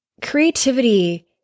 creativity